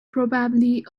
probably